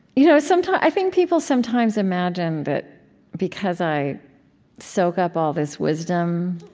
you know sometimes i think people sometimes imagine that because i soak up all this wisdom,